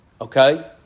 Okay